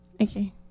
Okay